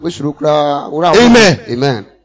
Amen